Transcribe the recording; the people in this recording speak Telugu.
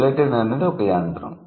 గిలెటిన్ అనేది ఒక యంత్రం